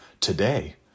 Today